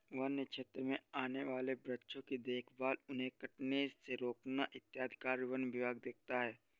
वन्य क्षेत्र में आने वाले वृक्षों की देखभाल उन्हें कटने से रोकना इत्यादि कार्य वन विभाग देखता है